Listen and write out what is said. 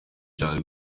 cyane